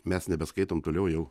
mes nebeskaitom toliau jau